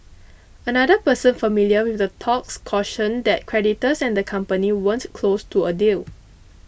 another person familiar with the talks cautioned that creditors and the company weren't close to a deal